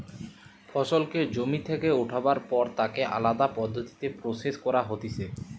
ফসলকে জমি থেকে উঠাবার পর তাকে আলদা পদ্ধতিতে প্রসেস করা হতিছে